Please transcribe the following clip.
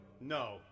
No